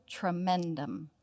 tremendum